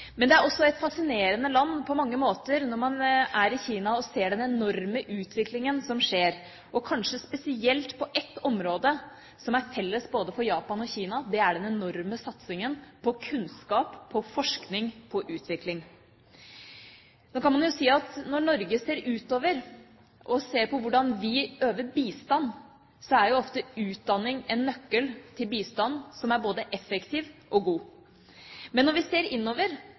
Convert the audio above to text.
Det er også et fascinerende land på mange måter. Man kan se den enorme utviklingen som skjer, og kanskje spesielt på ett område, som er felles for både Japan og Kina, og det er den enorme satsingen på kunnskap, forskning og utvikling. Nå kan man jo si at når Norge ser utover, og ser på hvordan vi øver bistand, så er ofte utdanning en nøkkel til bistand som er både effektiv og god. Men når vi ser innover,